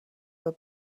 were